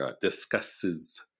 discusses